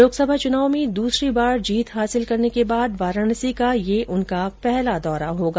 लोकसभा चुनाव में दूसरी बार जीत हासिल करने के बाद वाराणसी का ये उनका पहला दौरा होगा